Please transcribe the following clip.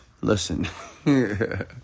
Listen